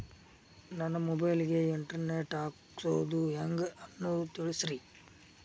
ನನ್ನ ಮೊಬೈಲ್ ಗೆ internet ಹಾಕ್ಸೋದು ಹೆಂಗ್ ಅನ್ನೋದು ತಿಳಸ್ರಿ